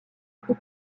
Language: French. plus